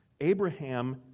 Abraham